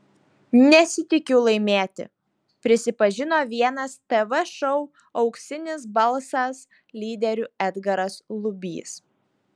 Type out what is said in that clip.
nesitikiu laimėti prisipažino vienas tv šou auksinis balsas lyderių edgaras lubys